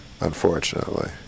unfortunately